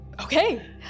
Okay